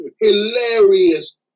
hilarious